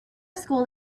school